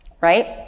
right